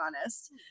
honest